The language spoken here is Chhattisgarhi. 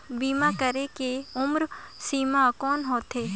बीमा करे के उम्र सीमा कौन होथे?